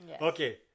okay